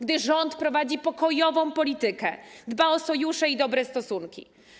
Gdy rząd prowadzi pokojową politykę, dba o sojusze i dobre stosunki.